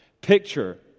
picture